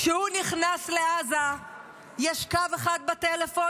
כשהוא נכנס לעזה יש קו אחד בטלפון,